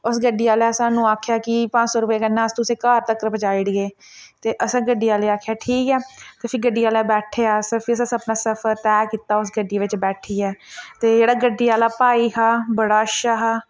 ओस गड्डी आह्लै सानूं आखेआ कि पंज सौ रपेऽ कन्नै अस तुसेंई घर तकर पजाई ओड़गे ते असें गड्डी आह्ले गी आखेआ ठीक ऐ फ्ही गड्डी आह्ला बैठे अस फ्ही असें अपना सफर तैह् कीता ओस गड्डियै बिच्च बैठियै ते जेह्ड़ा गड्डी आह्ला भाई हा बड़ा अच्छा हा